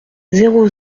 zéro